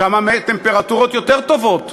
שם הטמפרטורות יותר טובות,